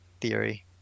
theory